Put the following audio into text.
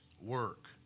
work